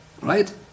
Right